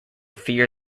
fear